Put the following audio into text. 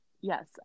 yes